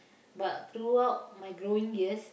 but throughout my growing years